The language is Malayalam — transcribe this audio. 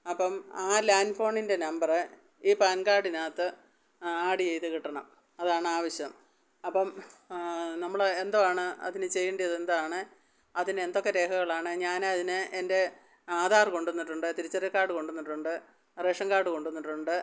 അപ്പം ആ ലാൻഡ് ഫോണിൻ്റെ നമ്പര് ഈ പാൻ കാർഡിനാത്ത് ആഡ് ചെയ്ത് കിട്ടണം അതാണ് ആവശ്യം അപ്പം നമ്മൾ എന്തോ ആണ് അതിന് ചെയ്യേണ്ടത് എന്താണ് അതിന് എന്തൊക്കെ രേഖകളാണ് ഞാൻ അതിന് എൻ്റെ ആധാറ് കൊണ്ടുവന്നിട്ടുണ്ട് തിരിച്ചറിയൽ കാർഡ് കൊണ്ടുവന്നിട്ടുണ്ട് റേഷൻ കാർഡ് കൊണ്ടു വന്നിട്ടുണ്ട്